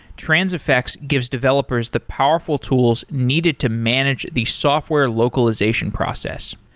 transifex gives developers the powerful tools needed to manage the software localization process.